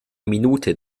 minute